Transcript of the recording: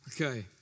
Okay